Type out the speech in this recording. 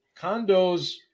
condos